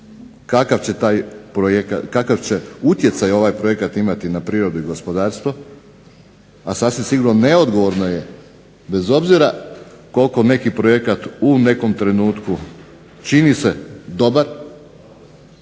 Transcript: kakav će utjecaj ovaj projekat imati na prirodu i gospodarstvo, a sasvim sigurno neodgovorno je bez obzira koliko neki projekat u nekom trenutku čini se dobar